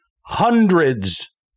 hundreds